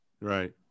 right